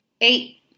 Eight